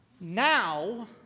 Now